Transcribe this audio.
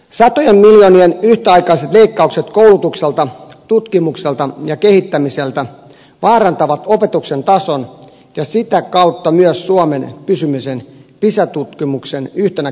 satojen miljoonien yhtäaikaiset leikkaukset koulutukselta tutkimukselta ja kehittämiseltä vaarantavat opetuksen tason ja sitä kautta myös suomen pysymisen pisa tutkimuksen yhtenä kärkimaana